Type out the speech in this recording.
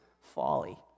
folly